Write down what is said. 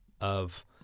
of-